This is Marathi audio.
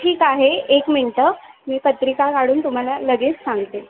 ठीक आहे एक मिणटं मी पत्रिका काढून तुम्हाला लगेस सांगते